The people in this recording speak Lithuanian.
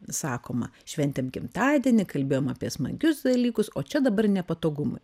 sakoma šventėm gimtadienį kalbėjom apie smagius dalykus o čia dabar nepatogumai